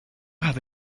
have